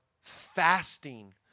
fasting